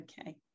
Okay